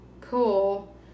cool